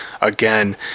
again